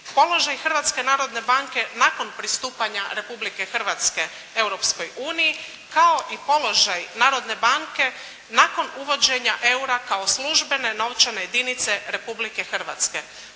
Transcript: položaj Hrvatske narodne banke nakon pristupanja Republike Hrvatske Europskoj uniji kao i položaj Narodne banke nakon uvođenja Eura kao službene novčane jedinice Republike Hrvatske.